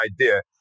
idea